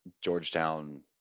Georgetown